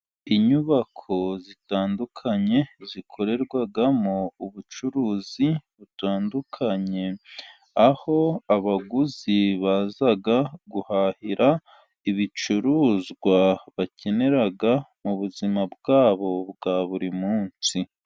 Inyubako zitandukanye zikorerwamo ubucuruzi butandukanye, aho abaguzi baza guhahira ibicuruzwa bakenera mu buzima bwabo bwa buri munsi.